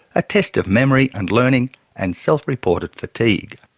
a test of memory and learning and self-reported fatigue.